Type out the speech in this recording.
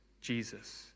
jesus